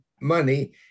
money